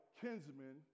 kinsmen